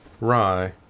Rye